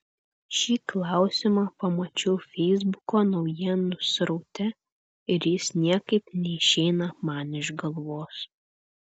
šį klausimą pamačiau feisbuko naujienų sraute ir jis niekaip neišeina man iš galvos